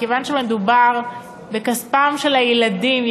מכיוון שמדובר בכספם של הילדים,